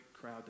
crowd